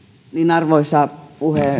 arvoisa puhemies on juuri